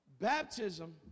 Baptism